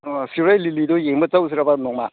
ꯑꯥ ꯁꯤꯔꯣꯏ ꯂꯤꯂꯤꯗꯣ ꯌꯦꯡꯕ ꯆꯠꯂꯨꯁꯤꯔꯥꯕ ꯅꯣꯡꯃ